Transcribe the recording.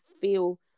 feel